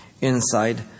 inside